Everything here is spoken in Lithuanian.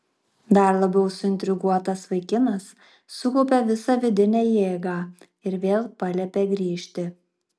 dar labiau suintriguotas vaikinas sukaupė visą vidinę jėgą ir vėl paliepė grįžti